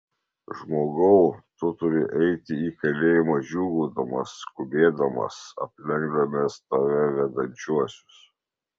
žmogau tu turi eiti į kalėjimą džiūgaudamas skubėdamas aplenkdamas tave vedančiuosius